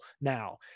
now